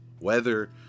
weather